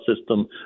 system